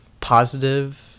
positive